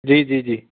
ਜੀ ਜੀ ਜੀ